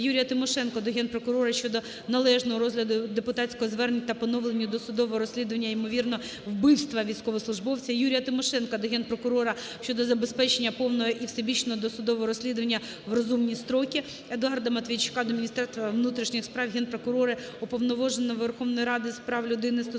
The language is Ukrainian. Юрія Тимошенка до Генпрокурора щодо належного розгляду депутатських звернень та поновлення досудового розслідування, ймовірного, вбивства військовослужбовця. Юрія Тимошенка до Генпрокурора щодо забезпечення повного і всебічного досудового розслідування в розумні строки. Едуарда Матвійчука до Міністерства внутрішніх справ, Генпрокуратури, Уповноваженого Верховної Ради України з прав людини стосовно